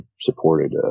supported